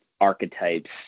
archetypes